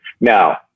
now